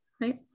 right